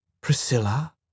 Priscilla